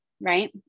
Right